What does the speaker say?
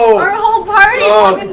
our whole party!